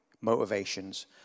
motivations